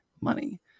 money